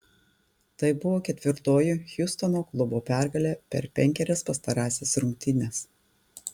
tai buvo ketvirtoji hjustono klubo pergalė per penkerias pastarąsias rungtynes